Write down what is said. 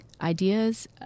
ideas